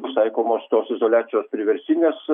bus taikomos tos izoliacijos priverstinės